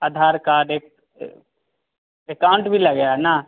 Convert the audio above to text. अधार card एक account भी लगेगा न